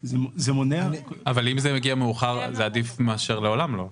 עדיף מאוחר מאשר לעולם לא.